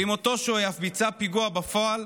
ואם אותו שוהה אף ביצע פיגוע בפועל,